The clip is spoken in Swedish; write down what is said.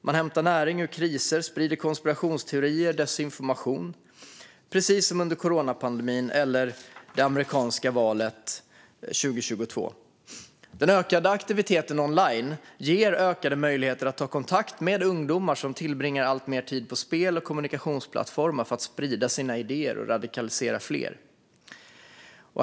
Man hämtar näring ur kriser och sprider konspirationsteorier och desinformation, precis som under coronapandemin och i samband med det amerikanska valet 2022. Den ökade aktiviteten online ger ökade möjligheter att ta kontakt med ungdomar, som tillbringar alltmer tid på spel och kommunikationsplattformar, för att sprida sina idéer och radikalisera fler.